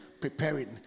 preparing